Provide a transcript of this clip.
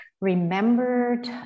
remembered